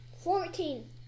Fourteen